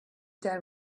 down